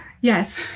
Yes